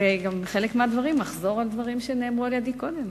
ובחלק מהדברים גם אחזור על דברים שאמרתי קודם.